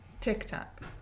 TikTok